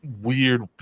weird